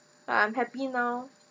I'm happy now